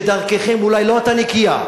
שדרככם אולי לא היתה נקייה,